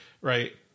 Right